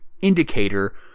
indicator